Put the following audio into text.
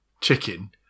Chicken